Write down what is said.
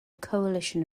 coalition